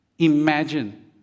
Imagine